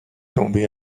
tombé